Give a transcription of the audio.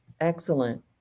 Excellent